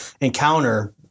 encounter